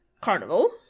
carnival